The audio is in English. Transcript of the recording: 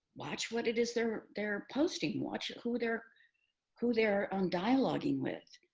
watch what it is they're they're posting, watch who they're who they're um dialoguing with.